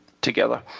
together